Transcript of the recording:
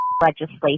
Legislation